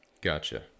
Gotcha